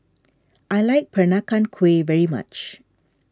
I like Peranakan Kueh very much